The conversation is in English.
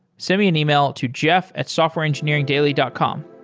send me an email to jeff at softwareengineeringdaily dot com